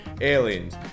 Aliens